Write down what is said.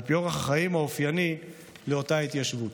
על פי אורח החיים האופייני לאותה התיישבות.